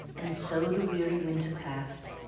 and so the weary winter passed,